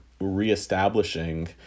reestablishing